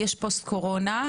יש פוסט קורונה,